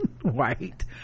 White